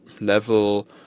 level